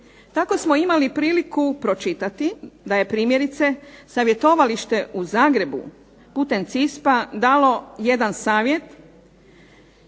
Tako smo imali priliku pročitati da je primjerice Savjetovalište u Zagrebu putem CISP-a dalo jedan savjet